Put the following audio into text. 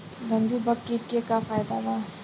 गंधी बग कीट के का फायदा बा?